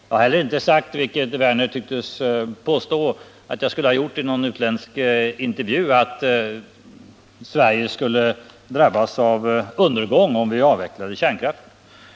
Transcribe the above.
Jag har inte heller — vilket Lars Werner tycks påstå — sagt i någon utländsk intervju att Sverige skulle drabbas av undergång om vi avvecklar kärnkraften.